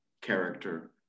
character